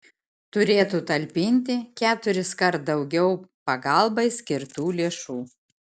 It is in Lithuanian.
turėtų talpinti keturiskart daugiau pagalbai skirtų lėšų